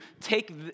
take